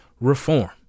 reform